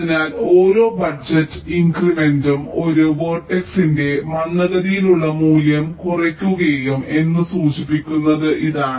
അതിനാൽ ഓരോ ബജറ്റ് ഇൻക്രിമെന്റും ഒരു വേർട്ടക്സ്ന്റെ മന്ദഗതിയിലുള്ള മൂല്യം കുറയ്ക്കും എന്ന് സൂചിപ്പിക്കുന്നത് ഇതാണ്